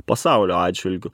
pasaulio atžvilgiu